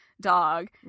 dog